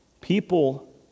People